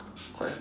quite hard